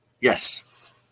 yes